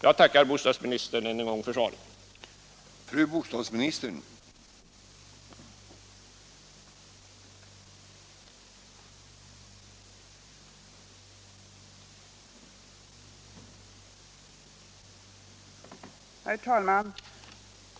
Jag tackar än en gång bostadsministern för svaret.